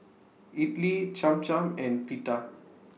Idili Cham Cham and Pita